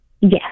Yes